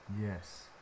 Yes